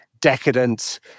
decadent